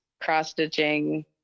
cross-stitching